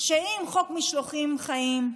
שחוק משלוחים חיים,